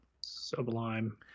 Sublime